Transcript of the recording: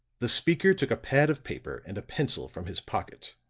the speaker took a pad of paper and a pencil from his pocket.